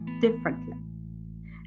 differently